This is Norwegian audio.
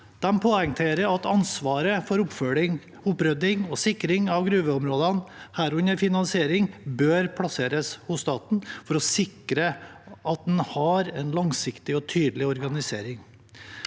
De poengterer at ansvaret for oppfølging, opprydding og sikring av gruveområdene, herunder finansiering, bør plasseres hos staten, for å sikre at en har en langsiktig og tydelig organisering.